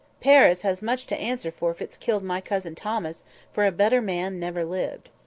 paris has much to answer for if it's killed my cousin thomas for a better man never lived.